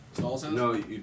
No